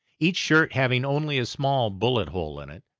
each shirt having only a small bullet hole in it.